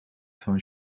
van